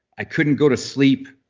i couldn't go to sleep.